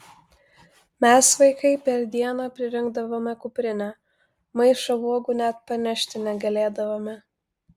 mes vaikai per dieną pririnkdavome kuprinę maišą uogų net panešti negalėdavome